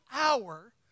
hour